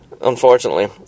unfortunately